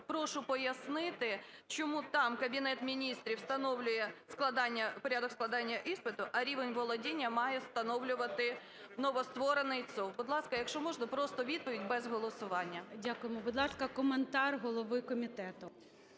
прошу пояснити, чому там Кабінет Міністрів встановлює порядок складання іспиту, а рівень володіння має встановлювати новостворений ЦОВВ? Будь ласка, якщо можна, просто відповідь без голосування. ГОЛОВУЮЧИЙ. Дякуємо. Будь ласка, коментар голови комітету.